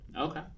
Okay